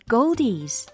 Goldies